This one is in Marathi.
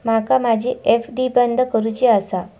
माका माझी एफ.डी बंद करुची आसा